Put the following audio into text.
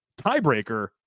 tiebreaker